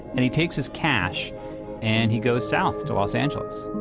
and he takes his cash and he goes south to los angeles.